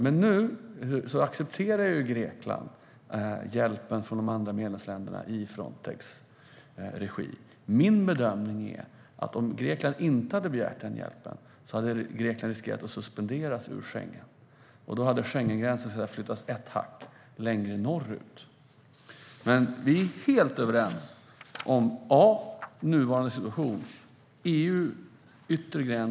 Men nu accepterar Grekland hjälpen från de andra medlemsländerna i Frontex regi. Min bedömning är att om Grekland inte hade begärt den hjälpen hade Grekland riskerat att suspenderas ur Schengen, och då hade Schengengränsen flyttats ett hack längre norrut. Vi är helt överens om nuvarande situation.